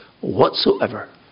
whatsoever